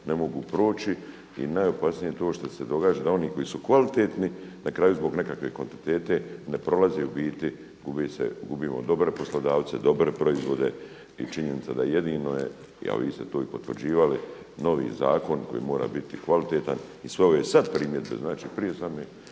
ne mogu proći i najopasnije je to što se događa da oni koji su kvalitetni na kraju zbog nekakve kvantitete ne prolazi u biti, gubi se, gubimo dobre poslodavce, dobre proizvode i činjenica da jedino je, a vi ste to i potvrđivali novi zakon koji mora biti kvalitetan i sve ove sad primjedbe, znači prije same